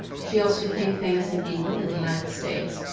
she also became famous in england and the united states.